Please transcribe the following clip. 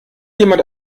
jemand